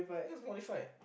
no it's modified